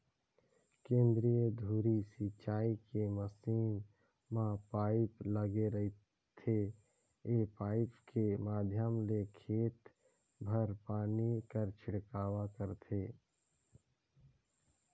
केंद्रीय धुरी सिंचई के मसीन म पाइप लगे रहिथे ए पाइप के माध्यम ले खेत भर पानी कर छिड़काव करथे